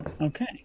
Okay